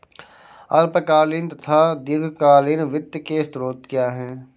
अल्पकालीन तथा दीर्घकालीन वित्त के स्रोत क्या हैं?